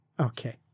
okay